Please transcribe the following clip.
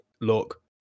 look